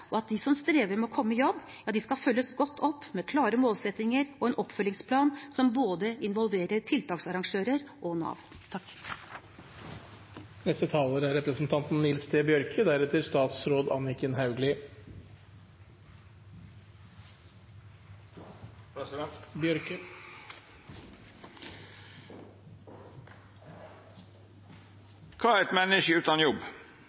og at de som strever med å komme i jobb, skal følges godt opp med klare målsettinger og en oppfølgingsplan som involverer både tiltaksarrangører og Nav. Kva er eit menneske utan jobb?